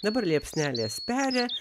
dabar liepsnelės peri